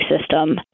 system